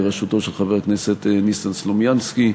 בראשותו של חבר הכנסת ניסן סלומינסקי,